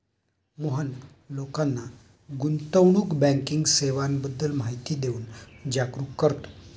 मोहन लोकांना गुंतवणूक बँकिंग सेवांबद्दल माहिती देऊन जागरुक करतो